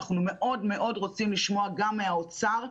אנחנו מאוד מאוד רוצים לשמוע גם מהאוצר.